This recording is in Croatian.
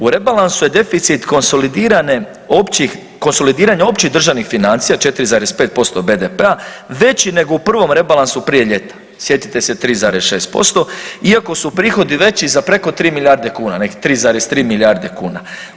U rebalansu je deficit konsolidiranje općih državnih financija 4,5% BDP-a već nego u prvom rebalansu prije ljeta, sjetite se 3,6% iako su prihodi veći za preko 3 milijarde kuna nekih 3,3 milijarde kuna.